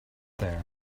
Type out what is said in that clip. there